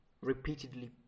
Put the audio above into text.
repeatedly